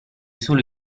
solo